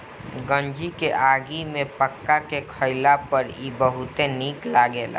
गंजी के आगी में पका के खइला पर इ बहुते निक लगेला